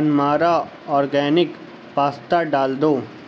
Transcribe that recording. انمارا organic pasta ڈال دو